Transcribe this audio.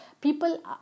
people